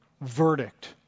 verdict